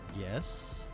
yes